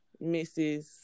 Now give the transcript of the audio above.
Mrs